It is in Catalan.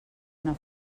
una